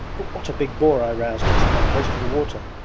but what a big boar i roused just now close to the water!